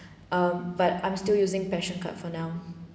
um but I'm still using passion card for now